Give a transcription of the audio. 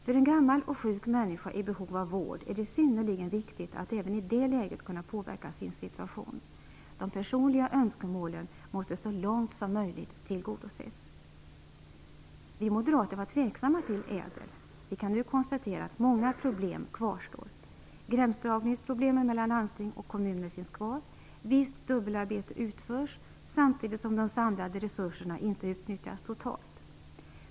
För en gammal och sjuk människa i behov av vård är det synnerligen viktigt att även i det läget kunna påverka sin situation. De personliga önskemålen måste så långt som möjligt tillgodoses. Vi moderater var tveksamma till ÄDEL. Vi kan nu konstatera att många problem kvarstår. Gränsdragningsproblemen mellan landsting och kommuner finns kvar. Visst dubbelarbete utförs samtidigt som de samlade resurserna inte utnyttjas totalt.